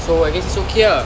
so and it's okay ah